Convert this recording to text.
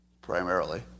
primarily